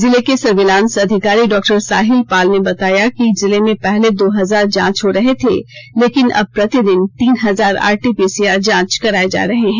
जिले के सर्विलांस अधिकारी डॉक्टर साहिल पाल ने बताया कि जिले में पहले दो हजार जांच हो रहे थे लेकिन अब प्रतिदिन तीन हजार आरटीपीसीआर जांच कराये जा रहे हैं